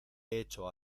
hecho